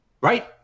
Right